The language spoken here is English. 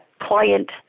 client